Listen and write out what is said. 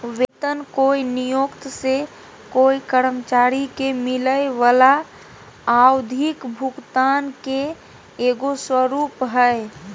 वेतन कोय नियोक्त से कोय कर्मचारी के मिलय वला आवधिक भुगतान के एगो स्वरूप हइ